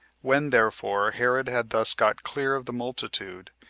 when therefore herod had thus got clear of the multitude,